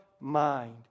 mind